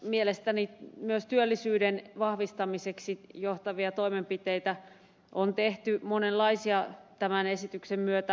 mielestäni myös työllisyyden vahvistamiseen johtavia toimenpiteitä on tehty monenlaisia tämän esityksen myötä